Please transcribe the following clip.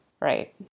right